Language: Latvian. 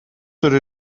tur